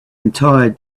entire